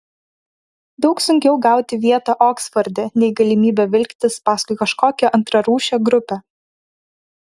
daug sunkiau gauti vietą oksforde nei galimybę vilktis paskui kažkokią antrarūšę grupę